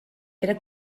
era